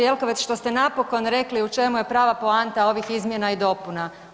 Jelkovac što ste napokon rekli u čemu je prava poanta ovih izmjena i dopuna.